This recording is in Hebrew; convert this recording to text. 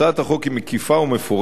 הצעת החוק היא מקיפה ומפורטת,